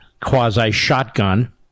quasi-shotgun